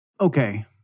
Okay